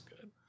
good